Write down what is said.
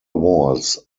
walls